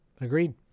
Agreed